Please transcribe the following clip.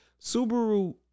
Subaru